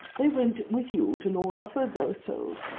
they went with you to lord rufford's, i was told.